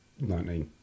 19